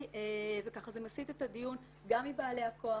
זה מסיט את הדיון גם מבעלי הכוח,